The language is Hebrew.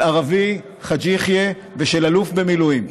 של ערבי, חאג' יחיא, ושל אלוף במילואים,